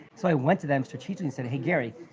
so, i went to them strategically, said hey gary,